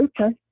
okay